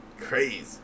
crazy